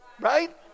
Right